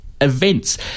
events